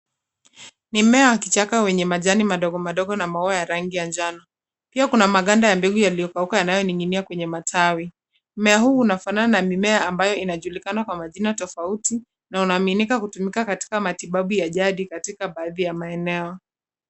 Ni mmea wa kichaka wenye majani madogomadogo na maua ya rangi ya njano. Pia kuna maganda ya mbegu yaliyokauka yanayoning'inia kwenye matawi. Mmea huu unafanana na mimea ambayo inajulikana kwa majina tofauti na unaaminika kutumika katika matibabu ya jadi katika baaadhi ya maeneo.